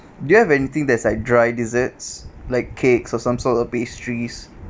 do you have anything that's like dry desserts like cakes or some sort of pastries